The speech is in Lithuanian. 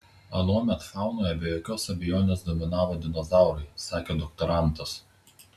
anuomet faunoje be jokios abejonės dominavo dinozaurai sakė doktorantas